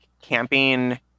camping